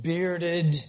Bearded